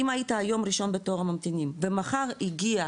אם היית היום ראשון בתור הממתינים ומחר הגיע